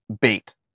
bait